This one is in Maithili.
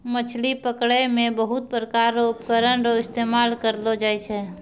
मछली पकड़ै मे बहुत प्रकार रो उपकरण रो इस्तेमाल करलो जाय छै